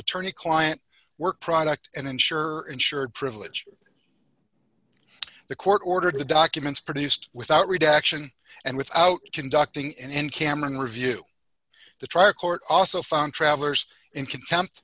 attorney client work product and ensure insured privilege the court ordered the documents produced without redaction and without conducting and cameron review the trial court also found travelers in contempt